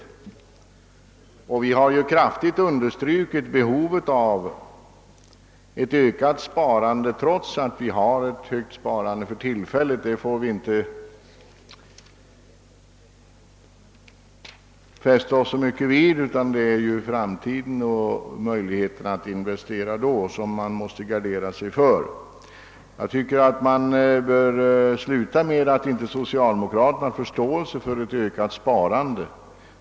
Vi har ju i betänkandet kraftigt understrukit behovet av ett ökat sparande. Att vi har ett högt sparande för tillfället får vi inte fästa oss så mycket wvid. Det är ju framtiden och möjligheterna att investera då, som man måste gardera sig för. Jag tycker att man bör sluta med att säga att socialdemokraterna inte har förståelse för ett ökat sparande.